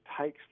takes